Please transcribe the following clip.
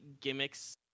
gimmicks